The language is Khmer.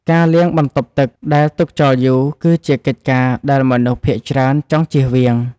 ការលាងបន្ទប់ទឹកដែលទុកចោលយូរ គឺជាកិច្ចការដែលមនុស្សភាគច្រើនចង់ជៀសវាង។